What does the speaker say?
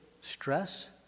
stress